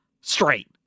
straight